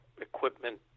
equipment